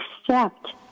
Accept